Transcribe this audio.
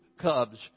Cubs